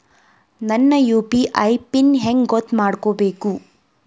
ನನ್ನ UPI PIN ಹೆಂಗ್ ಗೊತ್ತ ಮಾಡ್ಕೋಬೇಕು?